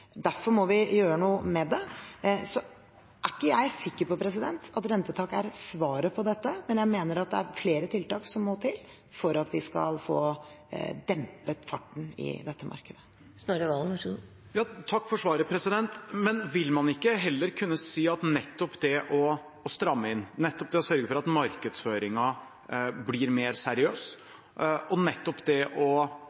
Derfor må vi gjøre noe med det. Jeg er ikke sikker på at rentetak er svaret på dette, men jeg mener at det er flere tiltak som må til for at vi skal få dempet farten i dette markedet. Takk for svaret. Men vil man ikke heller kunne si at nettopp det å stramme inn, nettopp det å sørge for at markedsføringen blir mer seriøs